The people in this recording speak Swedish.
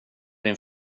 din